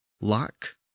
lock